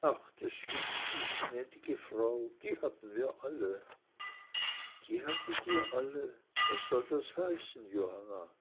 ach das gibt sich gnäd'ge frau die hatten wir alle die hattet ihr alle was soll das heißen johanna